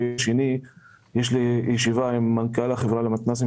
בפברואר יש לי ישיבה עם מנכ"ל החברה למתנ"סים